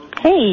Hey